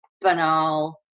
banal